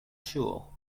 ŝuo